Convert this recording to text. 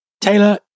Taylor